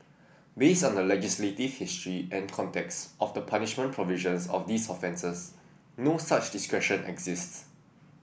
based on the legislative history and context of the punishment provisions of these offences no such discretion exists